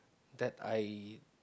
that I